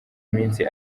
iminsi